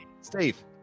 Steve